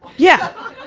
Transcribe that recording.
yeah.